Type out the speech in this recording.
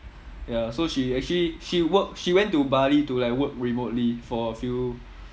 ya so she actually she work she went to bali to like work remotely for a few